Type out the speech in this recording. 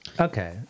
Okay